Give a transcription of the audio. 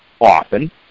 often